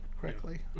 correctly